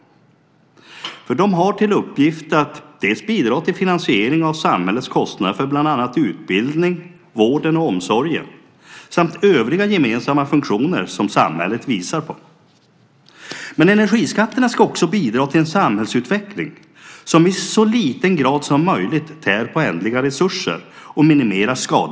De har till uppgift att bidra till finansieringen av samhällets kostnader för bland annat utbildning, vård och omsorg samt övriga gemensamma funktioner som samhället vilar på. Men energiskatterna ska också minimera skadliga utsläpp och bidra till en samhällsutveckling som i så liten grad som möjligt tär på ändliga resurser.